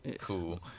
cool